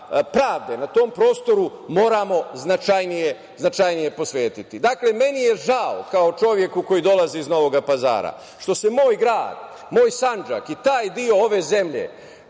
pravde na tom prostoru moramo značajnije posvetiti. Dakle, meni je žao kao čoveku koji dolazi iz Novog Pazara što se moj grad, moj Sandžak i taj deo ove zemlje